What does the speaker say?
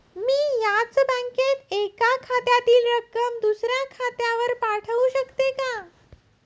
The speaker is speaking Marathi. मी याच बँकेत एका खात्यातील रक्कम दुसऱ्या खात्यावर पाठवू शकते का?